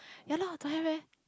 ya lah don't have leh